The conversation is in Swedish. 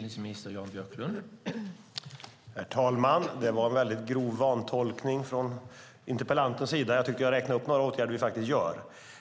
Herr talman! Det var en grov vantolkning från interpellantens sida. Jag räknade upp en del åtgärder som vi faktiskt vidtar.